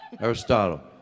Aristotle